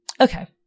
Okay